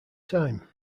time